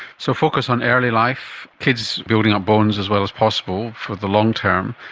so focus on early life, kids building up bones as well as possible for the long-term,